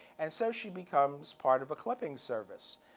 and so she becomes part of a clipping service.